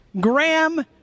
Graham